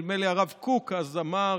נדמה לי הרב קוק אז אמר: